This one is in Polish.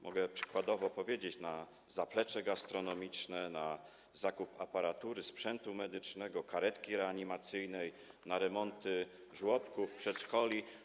Mogę przykładowo powiedzieć, że na zaplecze gastronomiczne, na zakup aparatury, sprzętu medycznego, karetki reanimacyjnej, na remonty żłobków, przedszkoli.